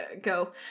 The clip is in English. go